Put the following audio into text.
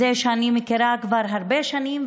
שאני מכירה כבר הרבה שנים,